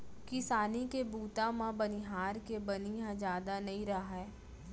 किसानी के बूता म बनिहार के बनी ह जादा नइ राहय